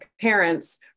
parents